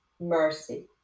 mercy